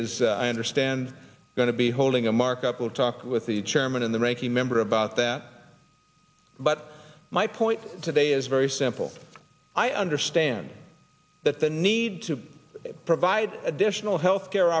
is i understand going to be holding a markup we'll talk with the chairman and the ranking member about that but my point today is very simple i understand that the need to provide additional health care